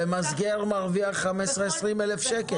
ומסגר מרוויח 15,000-20,000 שקלים.